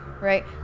right